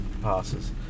passes